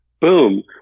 boom